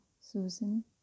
Susan